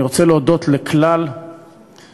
אני רוצה להודות לכלל המציעים,